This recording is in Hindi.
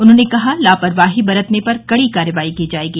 उन्होंने कहा लापरवाही बरतने पर कड़ी कार्रवाई की जायेगी